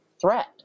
threat